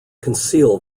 conceal